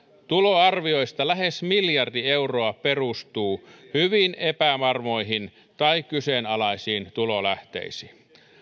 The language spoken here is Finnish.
tuloarvioista lähes miljardi euroa perustuu hyvin epävarmoihin tai kyseenalaisiin tulolähteisiin